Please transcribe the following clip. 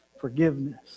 forgiveness